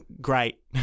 Great